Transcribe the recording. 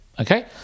Okay